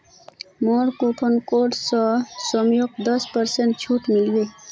मोर coupon code स सौम्यक दस पेरसेंटेर छूट मिल बे